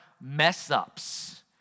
mess-ups